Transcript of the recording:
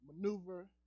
maneuver